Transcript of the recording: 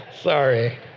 Sorry